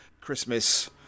Christmas